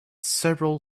several